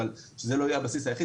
אבל שזה לא יהיה הבסיס היחיד,